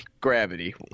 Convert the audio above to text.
Gravity